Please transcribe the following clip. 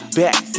back